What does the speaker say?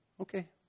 okay